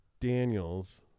daniel's